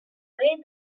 way